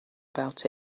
about